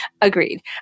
Agreed